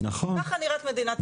שככה נראית מדינת ישראל.